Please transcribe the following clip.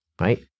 right